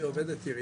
לגבי אלעד זה